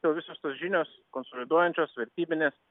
jo visos tos žinios konsoliduojančios vertybinės